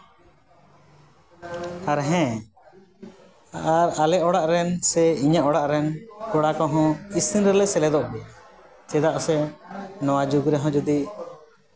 ᱟᱨ ᱦᱮᱸ ᱟᱨ ᱟᱞᱮ ᱚᱲᱟᱜ ᱨᱮᱱ ᱥᱮ ᱤᱧᱟᱹᱜ ᱚᱲᱟᱜ ᱨᱮᱱ ᱯᱮᱲᱟ ᱠᱚᱦᱚᱸ ᱤᱥᱤᱱ ᱨᱮᱞᱮ ᱥᱮᱞᱮᱫᱚᱜ ᱜᱮᱭᱟ ᱪᱮᱫᱟᱜ ᱥᱮ ᱱᱚᱣᱟ ᱡᱩᱜᱽ ᱨᱮᱦᱚᱸ ᱡᱩᱫᱤ